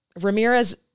Ramirez